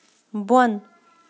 بۄن